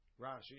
Rashi